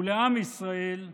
ולעם ישראל,